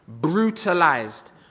brutalized